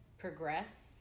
Progress